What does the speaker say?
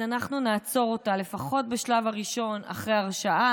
אז אנחנו נעצור אותה לפחות בשלב הראשון אחרי הרשעה.